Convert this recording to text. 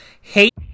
hate